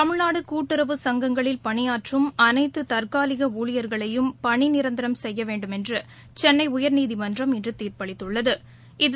தமிழ்நாடுகூட்டுறவு சங்கங்களில் பணியாற்றும் அனைத்துதற்காலிகஊழியர்களையும் பணிநிரந்தரம் செய்யவேண்டுமென்றுசென்னைஉயா்நீதிமன்றம் இன்றுதீர்ப்பளித்துள்ளது